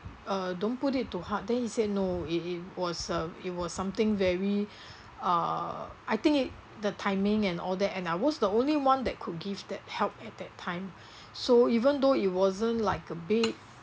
uh don't put it to heart then he said no it it was a it was something very uh I think it the timing and all that and I was the only one that could give that help at that time so even though it wasn't like a big